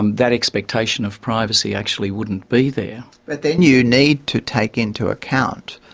um that expectation of privacy actually wouldn't be there. but then you need to take into account,